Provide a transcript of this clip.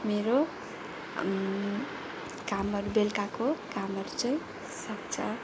मेरो कामहरू बेलुकाको कामहरू सक्छ